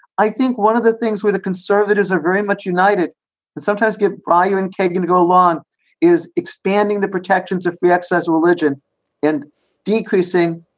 i think one of the things where the conservatives are very much united and sometimes get breyer and kagan to go along is expanding the protections of free access religion and decreasing,